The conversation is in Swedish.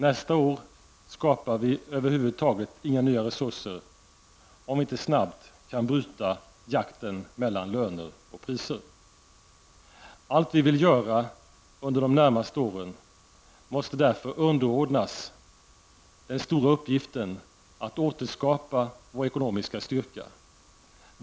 Nästa år skapar vi över huvud taget inga nya resursr, om vi inte snabbt kan bryta jakten mellan löner och priser. Allt vill vi göra under de närmaste åren måste därför underordnas den stora uppgiften att återskapa vår ekonomiska styrka.